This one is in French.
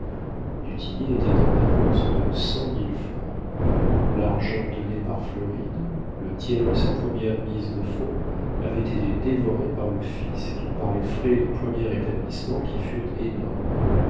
tillet était en avance de cent mille francs l'argent donné par florine le tiers de sa première mise de fonds avait été dévoré par le fisc par les frais de premier établissement qui furent énormes